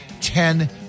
ten